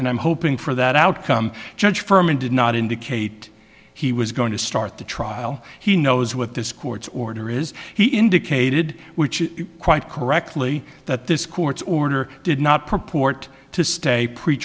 and i'm hoping for that outcome judge firman did not indicate he was going to start the trial he knows what this court's order is he indicated which quite correctly that this court's order did not purport to stay pre